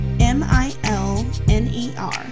m-i-l-n-e-r